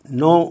no